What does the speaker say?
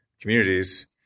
communities